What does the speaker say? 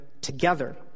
together